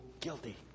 guilty